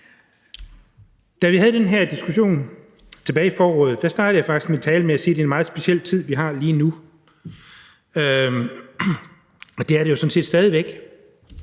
Da vi havde den her diskussion tilbage i foråret, startede jeg faktisk min tale med at sige, at det var en meget speciel tid, vi var i på det tidspunkt, og det er det jo sådan set stadig væk.